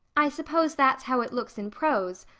i suppose that's how it looks in prose.